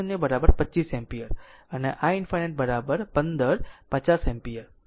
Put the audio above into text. તેથી i0 25 ampere અને i ∞ 15 50 ampere